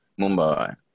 Mumbai